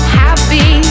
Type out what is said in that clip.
happy